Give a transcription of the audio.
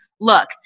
Look